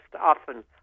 often